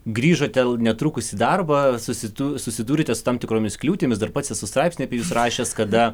grįžote netrukus į darbą susitu susidūrėte su tam tikromis kliūtimis dar pats esu straipsnį apie jus rašęs kada